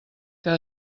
que